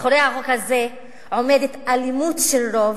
מאחורי החוק הזה עומדת אלימות של רוב,